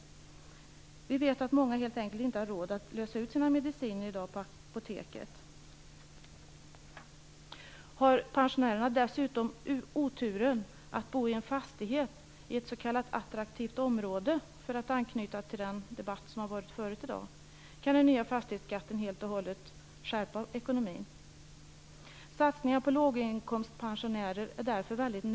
Vi vet att många helt enkelt i dag inte har råd att lösa ut sina mediciner på apoteket. Om pensionären dessutom har oturen att bo i en fastighet i ett s.k. attraktivt område, för att anknyta till den debatt som förts tidigare i dag, kan den nya fastighetsskatten helt och hållet stjälpa ekonomin. Satsningar på låginkomstpensionärer är därför nödvändiga.